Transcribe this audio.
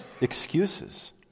excuses